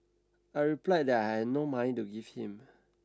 I replied that I had no money to give him